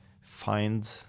find